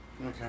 okay